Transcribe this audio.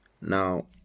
Now